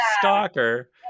stalker